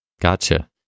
Gotcha